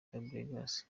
fabregas